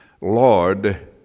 Lord